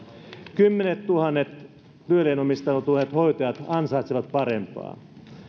kymmenettuhannet työlleen omistautuneet hoitajat ansaitsevat parempaa